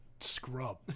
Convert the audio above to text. scrub